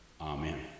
amen